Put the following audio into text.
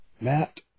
Matt